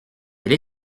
elle